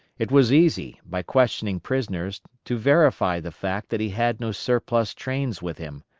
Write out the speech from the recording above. it was easy, by questioning prisoners, to verify the fact that he had no surplus trains with him.